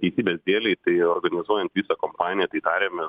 teisybės dėlei tai organizuojant visą kompaniją tai tarėmės